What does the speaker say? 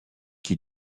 qui